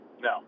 No